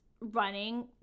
running